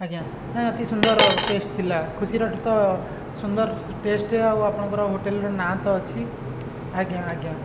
ଆଜ୍ଞା ନା ଅତି ସୁନ୍ଦର ଟେଷ୍ଟ ଥିଲା ଖୁସିର ତ ସୁନ୍ଦର ଟେଷ୍ଟ ଆଉ ଆପଣଙ୍କର ହୋଟେଲର ନାଁ ତ ଅଛି ଆଜ୍ଞା ଆଜ୍ଞା